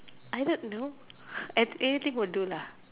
I don't know at anything would do lah